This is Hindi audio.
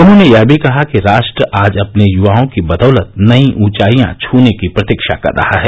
उन्होंने यह भी कहा कि राष्ट्र आज अपने युवाओं की बदौलत नई ऊंचाइयां छने की प्रतीक्षा कर रहा है